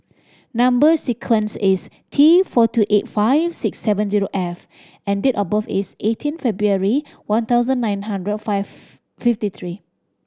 number sequence is T four two eight five six seven zero F and date of birth is eighteen February one thousand nine hundred five fifty three